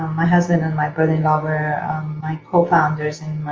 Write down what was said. my husband and my brother-in-law were my cofounders and